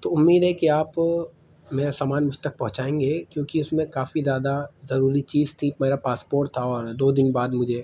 تو امید ہے کہ آپ میرا سامان مجھ تک پہنچائیں گے کیونکہ اس میں کافی زیادہ ضروری چیز تھی میرا پاسپوٹ تھا اور دو دن بعد مجھے